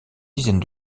dizaine